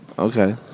Okay